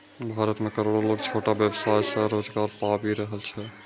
भारत मे करोड़ो लोग छोट व्यवसाय सं रोजगार पाबि रहल छै